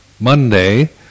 Monday